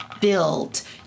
built